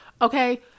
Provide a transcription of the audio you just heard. okay